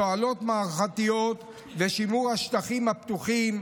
תועלות מערכתיות ושימור השטחים הפתוחים,